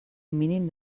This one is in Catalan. mínim